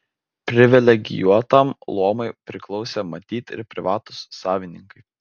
privilegijuotam luomui priklausė matyt ir privatūs savininkai